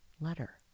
letter